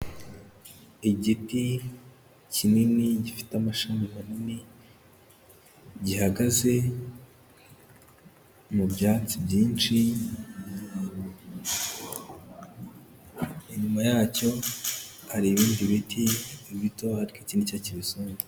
Igiti kinini gifite amashami manini, gihagaze mu byansi byinshi. Inyuma yacyo hari ibindi biti bitoya, iki ni cyo kibisumba.